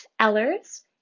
Ellers